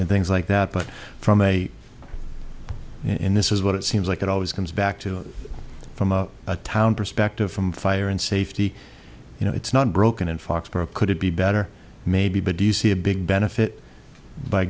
things like that but from a in this is what it seems like it always comes back to from a town perspective from fire and safety you know it's not broken in foxborough could it be better maybe but do you see a big b